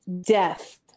death